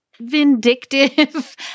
vindictive